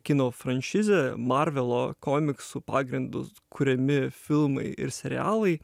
kino franšizė marvelo komiksų pagrindu kuriami filmai ir serialai